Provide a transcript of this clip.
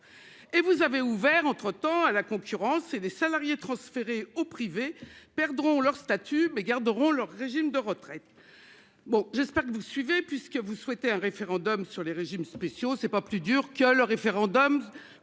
vous avez ouvert le secteur à la concurrence. Or les salariés qui sont transférés dans le privé perdront leur statut, mais garderont leur régime de retraite. J'espère que vous suivez ... Pas trop ! Vous souhaitez un référendum sur les régimes spéciaux ? Ce n'est pas plus dur qu'un référendum